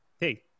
Hey